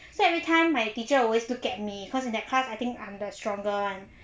so every time my teacher always look at me because in that class I think I'm the stronger one